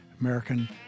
American